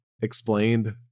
explained